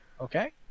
Okay